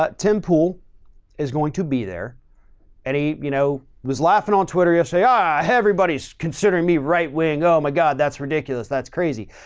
but tim pool is going to be there and he, you know, was laughing on twitter yesterday. ah, everybody's considering me right wing. oh my god, that's ridiculous. that's crazy.